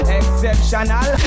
exceptional